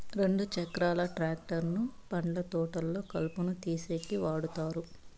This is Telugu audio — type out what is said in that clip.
రెండు చక్రాల ట్రాక్టర్ ను పండ్ల తోటల్లో కలుపును తీసేసేకి వాడతారు